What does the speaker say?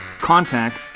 contact